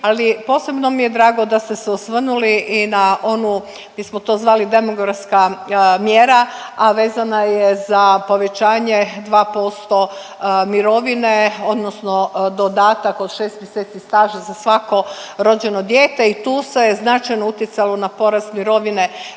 ali posebno mi je drago da ste se osvrnuli i na onu, mi smo to zvali demografska mjera, a vezana je za povećanje 2% mirovine, odnosno dodatak od 6 mjeseci staža za svako rođeno dijete i tu se značajno utjecalo na porast mirovine